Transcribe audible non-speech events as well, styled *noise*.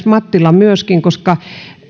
*unintelligible* mattila myöskin